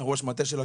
ראש המטה שלה.